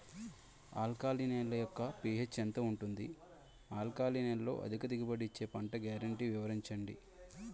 Alkali నేల యెక్క pH ఎంత ఉంటుంది? ఆల్కలి నేలలో అధిక దిగుబడి ఇచ్చే పంట గ్యారంటీ వివరించండి?